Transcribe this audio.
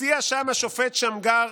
הציע שם השופט שמגר